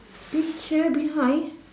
picture behind